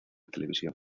televisión